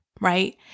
right